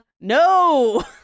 no